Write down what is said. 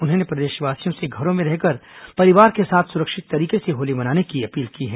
उन्होंने प्रदेशवासियों से घरों में रहकर परिवार के साथ सुरक्षित तरीके से होली मनाने की अपील की है